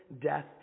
death